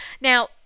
Now